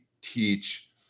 teach